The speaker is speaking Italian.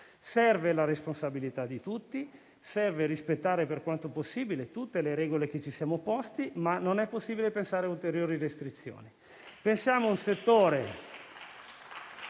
serve la responsabilità di tutti e serve rispettare, per quanto possibile, tutte le regole che ci siamo posti, ma non è possibile pensare a ulteriori restrizioni. Pensiamo a un settore